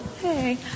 Hey